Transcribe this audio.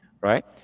right